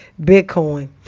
Bitcoin